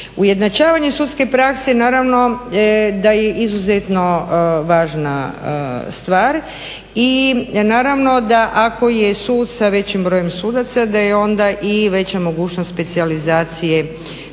Ujednačavanje sudske prakse naravno da je izuzetno važna stvar i naravno da ako je sud sa većim brojem sudaca da je onda i veća mogućnost specijalizacije sudaca jel